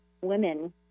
women